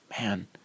Man